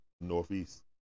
northeast